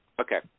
Okay